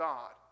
God